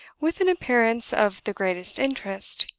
with an appearance of the greatest interest.